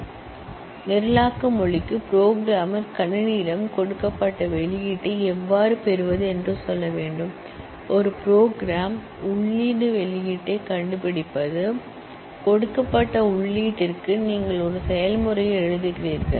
programming language க்கு programmer கணினியிடம் கொடுக்கப்பட்ட அவுட்புட் எவ்வாறு பெறுவது என்று சொல்ல வேண்டும் ஒரு புரோபோகிராம் இன்புட்அவுட்புட்டைக் கண்டுபிடிப்பது கொடுக்கப்பட்ட இன்புட்டிற்கு நீங்கள் ஒரு செயல்முறையை எழுதுகிறீர்கள்